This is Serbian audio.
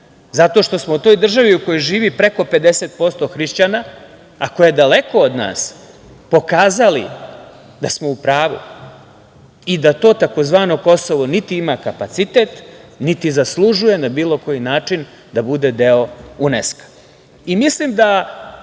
zato što smo toj državi u kojoj živi preko 50% hrišćana, a koja je daleko od nas pokazali da smo u pravu i da to tzv. Kosovo niti ima kapacitet niti zaslužuje na bilo koji način da bude deo